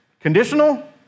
conditional